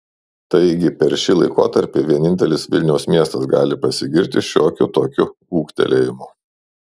taigi per šį laikotarpį vienintelis vilniaus miestas gali pasigirti šiokiu tokiu ūgtelėjimu